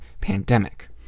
pandemic